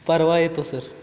परवा येतो सर